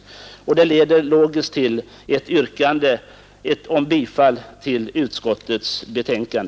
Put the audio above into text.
Det leder logiskt till ett yrkande om bifall till utskottets förslag.